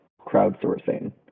crowdsourcing